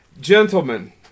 gentlemen